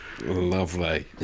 Lovely